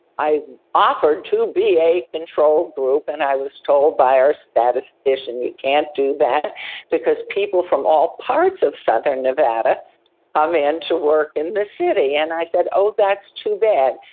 i offered to be a control group and i was told by our statistician you can't do that because people from all parts of southern nevada come um in to work in the city and i said, oh that's too bad.